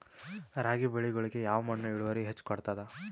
ರಾಗಿ ಬೆಳಿಗೊಳಿಗಿ ಯಾವ ಮಣ್ಣು ಇಳುವರಿ ಹೆಚ್ ಕೊಡ್ತದ?